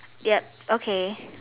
yup okay